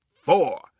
four